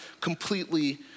completely